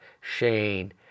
Shane